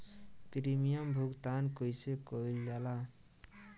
Premium भुगतान कइसे कइल जाला?